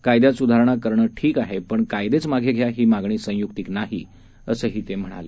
कायद्यात सुधारणा करणे ठीक पण कायदेच मागे घ्या ही मागणी संयुक्तिक नाही असंही ते म्हणाले